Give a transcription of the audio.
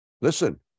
Listen